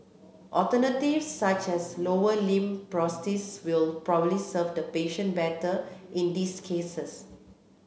alternatives such as lower limb prosthesis will probably serve the patient better in these cases